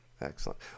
Excellent